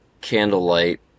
candlelight